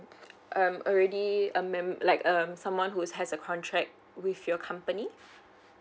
I'm already a mem~ like um someone who's has a contract with your company